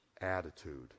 Attitude